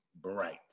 bright